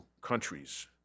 countries